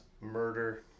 murder